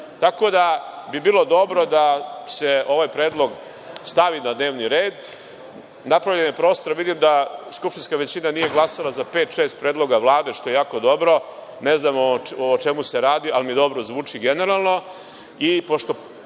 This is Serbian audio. da, bilo bi dobro da se ovaj predlog stavi na dnevni red. Napravljen je prostor, vidim da skupštinska većina nije glasala za pet-šest predloga Vlade, što je jako dobro. Ne znamo o čemu se radi, ali mi dobro zvuči generalno.